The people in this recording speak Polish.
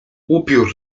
upiór